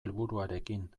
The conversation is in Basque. helburuarekin